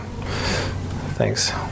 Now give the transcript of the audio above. Thanks